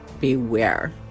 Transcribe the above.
Beware